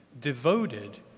devoted